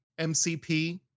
mcp